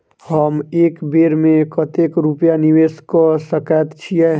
हम एक बेर मे कतेक रूपया निवेश कऽ सकैत छीयै?